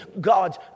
God